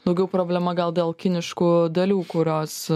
daugiau problema gal dėl kiniškų dalių kurios